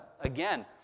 again